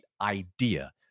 idea